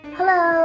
Hello